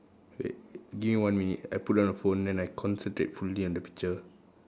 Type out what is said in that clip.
wait give me one minute I put down the phone then I concentrate fully on the picture